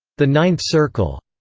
the ninth circle,